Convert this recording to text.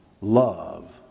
love